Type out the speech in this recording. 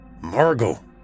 Margot